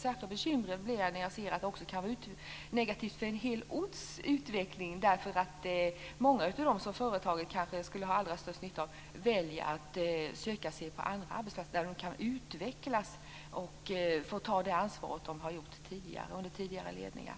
Särskilt bekymrad blir jag när jag ser att det också kan vara negativt för en hel orts utveckling eftersom många av dem som företaget kanske skulle ha allra störst nytta av väljer att söka sig till andra arbetsplatser där de kan utvecklas och ta det ansvar som de har gjort under tidigare ledningar.